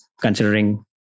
considering